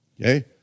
okay